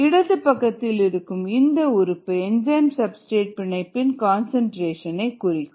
இடது பக்கத்தில் இருக்கும் இந்த உறுப்பு என்சைம் சப்ஸ்டிரேட் பிணைப்பின் கன்சன்ட்ரேஷன் ஐ குறிக்கும்